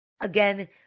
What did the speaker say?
Again